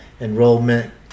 enrollment